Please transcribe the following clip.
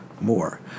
more